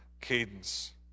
cadence